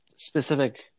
Specific